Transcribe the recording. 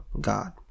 God